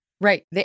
Right